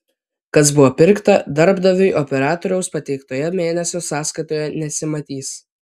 kas buvo pirkta darbdaviui operatoriaus pateiktoje mėnesio sąskaitoje nesimatys